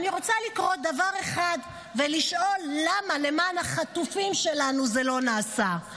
אני רוצה לקרוא דבר אחד ולשאול למה למען החטופים שלנו זה לא נעשה.